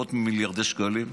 מאות מיליארדי שקלים,